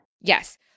Yes